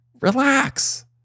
relax